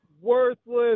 worthless